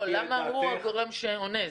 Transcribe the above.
למה הוא הגורם שעונה?